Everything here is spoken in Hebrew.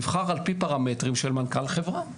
נבחר על פי פרמטרים של מנכ"ל חברה.